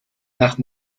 nach